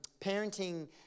parenting